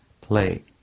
play